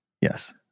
Yes